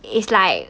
is like